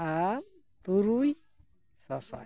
ᱟᱨ ᱛᱩᱨᱩᱭ ᱥᱟᱥᱟᱭ